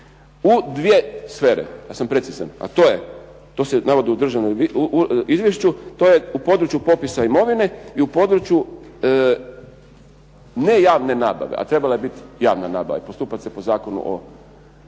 u dvije sfere, ja sam precizan, a to je, to se navodi u izvješću, to je u području popisa imovine i u području nejavne nabave, a trebala je biti javna nabava i postupat se po Zakonu o